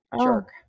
jerk